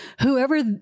whoever